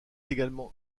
également